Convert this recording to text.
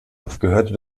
gehörte